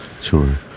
Sure